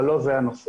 אבל לא זה הנושא.